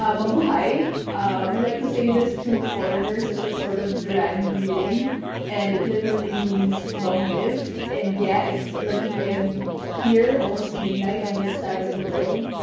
ah mabuhay, we like to say this to foreigners as a sort of grand greeting and it literally means long live. and yeah, it's eleven zero pm here, almost midnight on this side of the world.